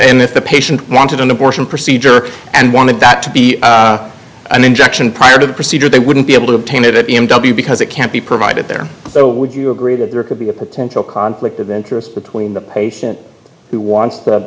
position if the patient wanted an abortion procedure and wanted that to be an injection prior to the procedure they wouldn't be able to obtain it at m w because it can't be provided there so would you agree that there could be a potential conflict of interest between the patient who wants to